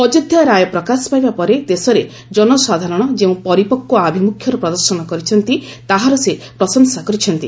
ଅଯୋଧ୍ୟା ରାୟ ପ୍ରକାଶ ପାଇବା ପରେ ଦେଶରେ ଜନସାଧାରଣ ଯେଉଁ ପରିପକ୍ ଆଭିମୁଖ୍ୟର ପ୍ରଦର୍ଶନ କରିଛନ୍ତି ତାହାର ସେ ପ୍ରଶଂସା କରିଛନ୍ତି